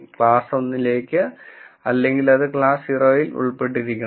class 1 ലേക്ക് അല്ലെങ്കിൽ അത് ക്ലാസ് 0 ൽ ഉൾപ്പെട്ടിരിക്കണം